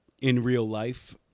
in-real-life